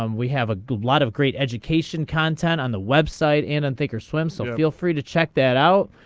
um we have a lot of great education content on the website and and think or swim some. feel free to check that out.